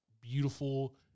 beautiful